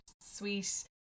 sweet